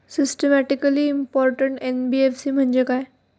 Systematically important NBFC म्हणजे काय?